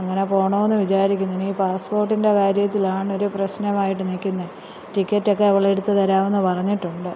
അങ്ങനെ പോകണമെന്ന് വിചാരിക്കുന്നു ഇനി പാസ്പോർട്ടിൻ്റെ കാര്യത്തിലാണൊരു പ്രശ്നമായിട്ട് നില്ക്കുന്നത് ടിക്കറ്റൊക്കെ അവളെടുത്ത് തരാമെന്ന് പറഞ്ഞിട്ടുണ്ട്